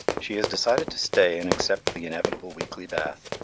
she has decided to stay and accept the inevitable weekly bath,